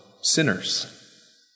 sinners